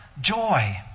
joy